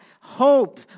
hope